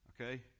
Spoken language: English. okay